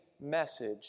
message